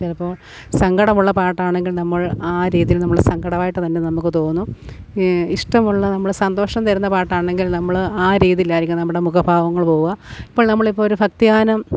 ചിലപ്പോൾ സങ്കടമുള്ള പാട്ടാണെങ്കിൽ നമ്മൾ ആ രീതിയിൽ നമ്മൾ സങ്കടമായിട്ട് തന്നെ നമുക്ക് തോന്നും ഇഷ്ടമുള്ള നമ്മളെ സന്തോഷം തരുന്ന പാട്ടാണെകിൽ നമ്മൾ ആ രീതിയിലായിരിക്കും നമ്മുടെ മുഖ ഭാവങ്ങൾ പോവുക ഇപ്പോൾ നമ്മൾ ഇപ്പോൾ ഒരു ഭക്തിഗാനം